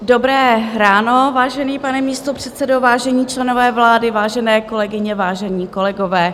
Dobré ráno, vážený pane místopředsedo, vážení členové vlády, vážené kolegové, vážení kolegové.